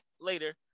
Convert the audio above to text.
later